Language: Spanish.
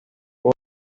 por